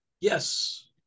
yes